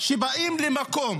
כשבאים למקום